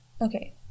Okay